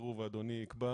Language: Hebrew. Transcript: שתבחרו ואדוני יקבע